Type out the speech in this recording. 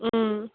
ꯎꯝ